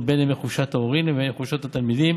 בין ימי חופשת ההורים לבין ימי חופשות התלמידים.